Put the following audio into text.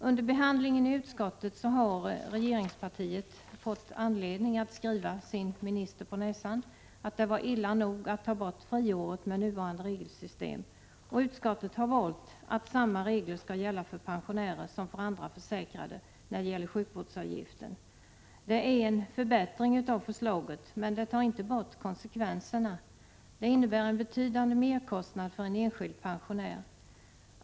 Under behandlingen i utskottet har regeringspartiet fått anledning att skriva sin minister på näsan att det var illa nog att ta bort friåret med nuvarande regelsystem. Utskottet har valt att uttala att samma regler skall gälla för pensionärer som för andra försäkrade när det gäller sjukvårdsavgiften. Det är en förbättring av förslaget, men det tar inte bort konsekvenserna. Förslaget innebär en betydande merkostnad för en enskild pensionär.